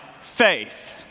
faith